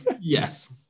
Yes